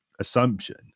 assumption